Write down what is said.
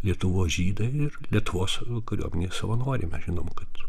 lietuvos žydai ir lietuvos kariuomenės savanoriai mes žinom kad